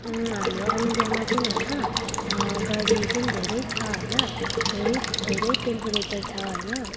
हाम्रो इन्डियामा चाहिँ होइन गर्मी चाहिँ धेरै छ होइन धेरै धेरै टेम्परेचर छ होइन